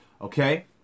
Okay